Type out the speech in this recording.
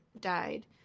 died